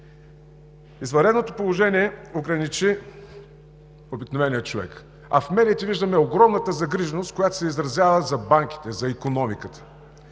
Извънредното положение ограничи обикновения човек, а в медиите виждаме огромна загриженост, която се изразява, за банките, за икономиката.